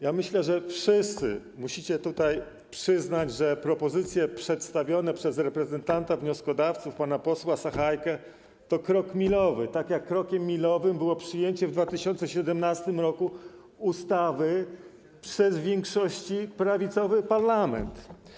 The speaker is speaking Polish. Ja myślę, że wszyscy musicie tutaj przyznać, że propozycje przedstawione przez reprezentanta wnioskodawców, pana posła Sachajkę, to krok milowy, tak jak krokiem milowym było przyjęcie w 2017 r. ustawy przez w większości prawicowy parlament.